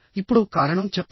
ఇప్పుడు కారణం చెప్పండి